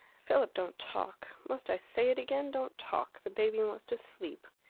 philip, don't talk. must i say it again? don't talk. the baby wants to sleep.